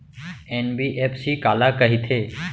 NBFC काला कहिथे?